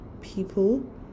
people